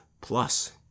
plus